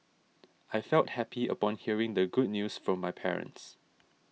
I felt happy upon hearing the good news from my parents